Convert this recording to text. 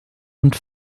und